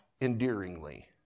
endearingly